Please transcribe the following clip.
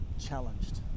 challenged